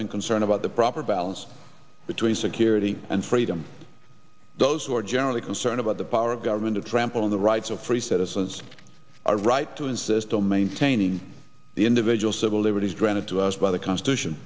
been concerned about the proper balance between security and freedom those who are generally concerned about the power of government to trample on the rights of free citizens our right to insist on maintaining the individual civil liberties granted to us by the constitution